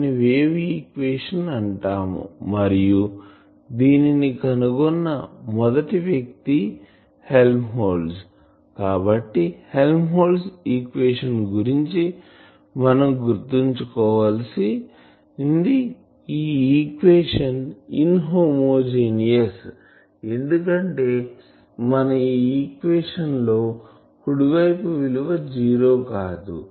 దీనిని wave equation అని అంటాము మరియు దీనిని కనుగొన్న మొదటివ్యక్తి హెల్మ్హోల్ట్జ్ కాబట్టి హెల్మ్హోల్ట్జ్ ఈక్వేషన్ గురించి మనం గుర్తువుంచుకోవాలిసింది ఈ ఈక్వేషన్ ఇన్ హోమోజీనియస్ ఎందుకంటే మన ఈక్వేషన్ లో కుడి వైపు విలువ జీరో కాదు